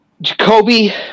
Jacoby